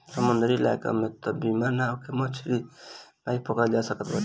समुंदरी इलाका में तअ बिना नाव के मछरी नाइ पकड़ल जा सकत बाटे